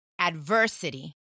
Adversity